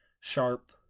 sharp